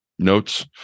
notes